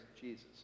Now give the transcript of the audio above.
Jesus